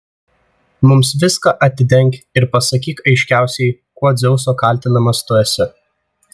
mums viską atidenk ir pasakyk aiškiausiai kuo dzeuso kaltinamas tu esi